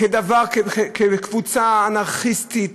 קבוצה אנרכיסטית,